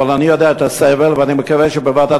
אבל אני יודע את הסבל ואני מקווה שבוועדת